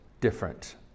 different